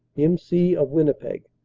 m c, of winnipeg,